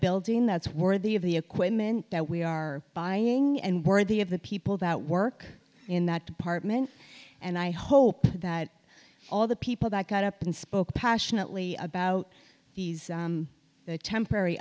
building that's worthy of the equipment that we are buying and worthy of the people that work in that department and i hope that all the people that got up and spoke passionately about these temporary